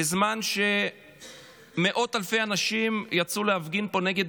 בזמן שמאות אלפי אנשים יצאו להפגין פה נגד